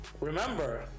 Remember